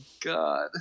God